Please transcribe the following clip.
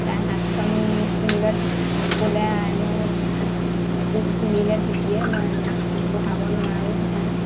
তাইৰ হাতখন খুন্দিলত ক'লে আই মোৰ হাতটো খুন্দিলে ঢেঁকীয়ে মই বহাব নোৱাৰো ধান